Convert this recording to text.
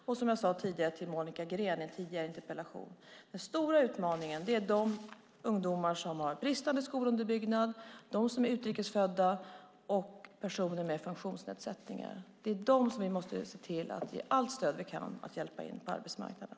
Och som jag sade till Monica Green i en tidigare interpellationsdebatt: Den stora utmaningen är ungdomar som har bristande skolunderbyggnad, utrikesfödda och personer med funktionsnedsättningar. Det är de som vi måste se till att ge allt stöd vi kan och hjälpa in på arbetsmarknaden.